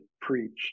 preached